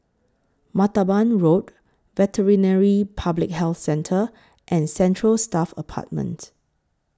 Martaban Road Veterinary Public Health Centre and Central Staff Apartment